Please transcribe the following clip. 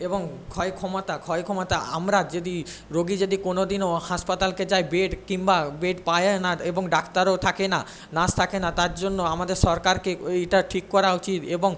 এবং ক্রয় ক্ষমতা ক্রয় ক্ষমতা আমরা যদি রোগী যদি কোনো দিনও হাসপাতালে যায় বেড কিংবা বেড পায় না এবং ডাক্তারও থাকে না নার্স থাকে না তার জন্য আমাদের সরকারকে ওটা ঠিক করা উচিত এবং